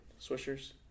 Swishers